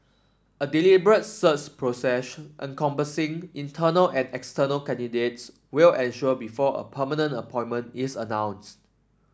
a deliberate search procession encompassing internal and external candidates will ensue before a permanent appointment is announced